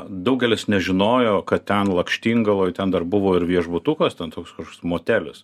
daugelis nežinojo kad ten lakštingaloj ten dar buvo ir viešbutukas ten toks kurs motelis